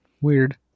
Weird